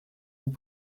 vous